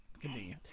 Continue